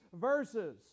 verses